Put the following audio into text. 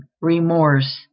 remorse